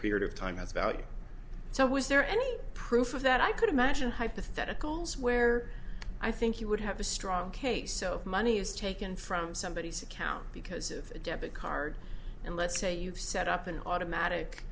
period of time has value so was there any proof of that i could imagine hypotheticals where i think you would have a strong case so if money is taken from somebody said count because of a debit card and let's say you've set up an automatic